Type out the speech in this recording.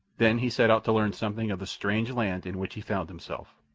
then he set out to learn something of the strange land in which he found himself.